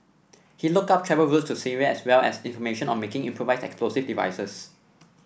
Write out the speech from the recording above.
he looked up travel routes to Syria as well as information on making improvised explosive devices